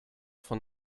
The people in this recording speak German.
von